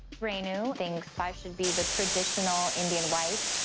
renu thinks i should be the traditional indian wife.